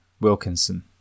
Wilkinson